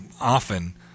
often